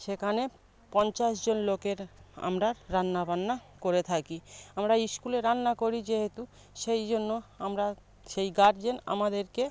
সেখানে পঞ্চাশজন লোকের আমরা রান্নাবান্না করে থাকি আমরা স্কুলের রান্না করি যেহেতু সেই জন্য আমরা সেই গার্জেন আমাদেরকে